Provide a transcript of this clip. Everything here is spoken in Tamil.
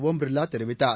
ஓம் பிர்லா தெரிவித்தார்